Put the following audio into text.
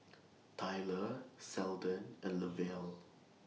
Tylor Seldon and Lavelle